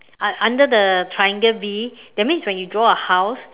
un~ under the triangle V that means when you draw a house